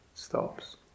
stops